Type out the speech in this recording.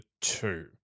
two